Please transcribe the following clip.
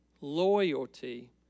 loyalty